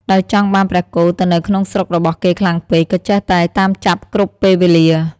ដោយចង់បានព្រះគោទៅនៅក្នុងស្រុករបស់គេខ្លាំងពេក ក៏ចេះតែតាមចាប់គ្រប់ពេលវេលា។